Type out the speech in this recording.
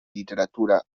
literatura